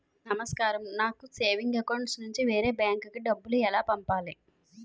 నమస్కారం నాకు savings account నుంచి వేరే బ్యాంక్ కి డబ్బు ఎలా పంపాలి?